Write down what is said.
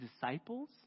disciples